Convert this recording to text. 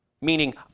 Meaning